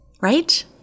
Right